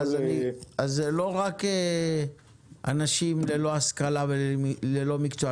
אז זה לא רק אנשים ללא השכלה וללא מקצוע.